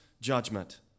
judgment